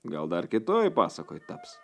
gal dar kitoj pasakoj taps